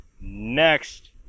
next